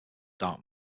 dark